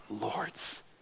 lords